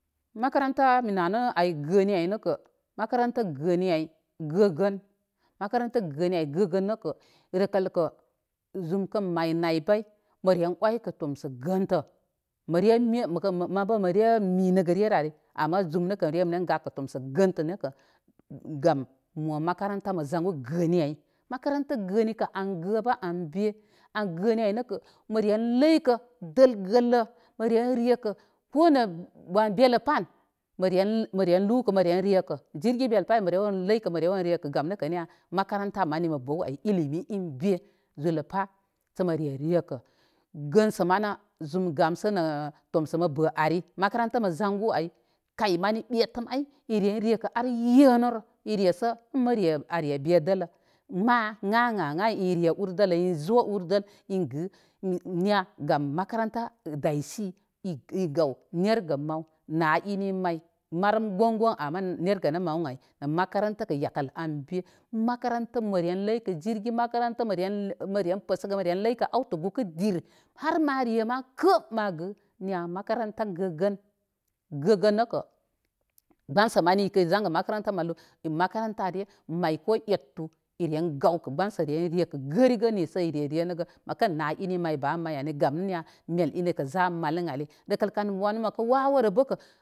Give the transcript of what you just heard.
Makaranta mi nanə ay gəni ay nəkə makaranta gəni ay gəgən makaranta gəni ay gə gən nəkə rəl kal kə zum kən may nay bay məren wəykə tomsa gəntə məre məkən məni bə məre minəgə rerə ari ama zum nəkə remren gakə tomsə gəntə nəkə gam mo mnakaranta mə zangu gəni ay makaranta gəni kə angə bə ən be an gə ni an nəkə maren ləykə dəla gəllə məreu rekə konə bellə pan al məren lukə məren rekə jirgi bel pa al mə rew ren ləykə mə rew ren rekə gam nəkə niya makaranta mani mə bən ay ilimi in be zuləpa sə mare rekə gansə manə zum gam sə nə tomsə mə bə ari makaranta mə zaŋgu ay kay mani ɓetəm ay ireu rekə al yenərə i resə ən mə re are be dəla ma əna əna əna in re ul dəla in zo ur dəl ən gə niya gam makaranta daysi i gaw nergə maw na ini may marən gon. goŋ ama nergənə maw ən ay na makaranta kə yakəl an bi makaranta məren ləykə jirgi makaranta məre, həsəgə məre makaranta məre, ləykə mare awtə gukə di aw harmare ma kə ma gə niya makaranta gəgən gəgən nəka gbənsə mani ikən zangə makaranta malu in makarantare may ko ettu iren gawkə gbənsə re rekə gərigə misə ire re nəgə məkən na ini may ba may ani gam nə niya nəl ini kəza may ən ayi, rəkəl kay wanu məkə wawərə bəkə.